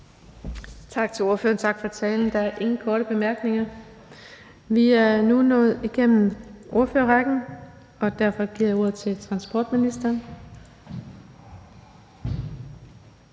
Tak til ordføreren for talen. Der er ingen korte bemærkninger. Vi er nu nået igennem ordførerrækken, og derfor giver jeg ordet til transportministeren.